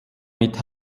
mit